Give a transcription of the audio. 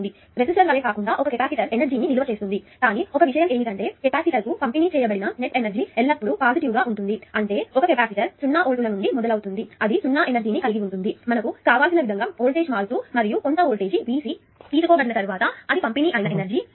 కాబట్టి రెసిస్టర్ వలే కాకుండా ఒక కెపాసిటర్ ఎనర్జీ ని నిలువ చేస్తుంది కానీ ఒక విషయం ఏమిటంటే కెపాసిటర్కు పంపిణీ చేయబడిన నెట్ ఎనర్జీ ఎల్లప్పుడూ పాజిటివ్ గా ఉంటుంది అంటే ఒక కెపాసిటర్ 0 వోల్టుల నుంచి మొదలవుతుంది అది 0 ఎనర్జీ ని కలిగి ఉంటుంది మరియు మనకు కావలసిన విధంగా వోల్టేజ్ మారుతూ మరియు కొంత ఓల్టేజి Vc తీసుకోబడుతుంది ఆ తర్వాత అది పంపిణీ అయిన ఎనర్జీ 12CVc2 అని ఈ పరిమాణం గల టర్మ్